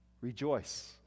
Rejoice